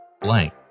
Blank